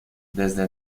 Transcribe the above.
desde